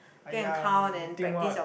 !aiya! you think what